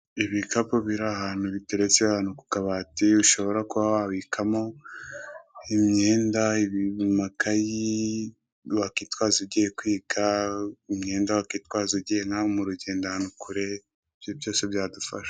Ibikapu biri ahantu biteretse ahantu ku kabati ushobora kuba wabikamo imyenda, amakayi, wakwitwaza ugiye kwiga, imyenda wakwitwaza ugiye n'ahantu mu rugendo ahantu ha kure, ibindi byose byadufasha.